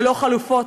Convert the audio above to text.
ללא חלופות,